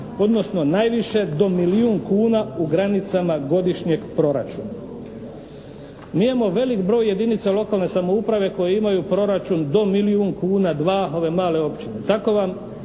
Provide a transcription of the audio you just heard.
odnosno najviše do milijun kuna u granicama godišnjeg proračuna. Mi imamo velik broj jedinica lokalne samouprave koji imaju proračun do milijun kuna, dva, ove male općine. Tako vam